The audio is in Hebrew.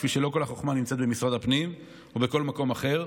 כפי שלא כל החוכמה נמצאת במשרד הפנים ובכל מקום אחר.